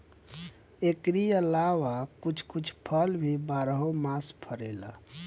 एकरी अलावा कुछ कुछ फल भी बारहो मास फरेला